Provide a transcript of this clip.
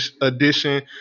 Edition